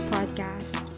Podcast